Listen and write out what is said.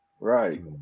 Right